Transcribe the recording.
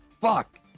Fuck